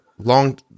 long